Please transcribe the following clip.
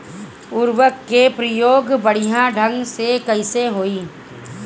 उर्वरक क प्रयोग बढ़िया ढंग से कईसे होई?